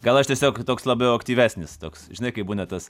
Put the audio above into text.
gal aš tiesiog toks labiau aktyvesnis toks žinai kaip būna tas